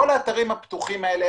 כל האתרים הפתוחים האלה,